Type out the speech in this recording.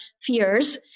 fears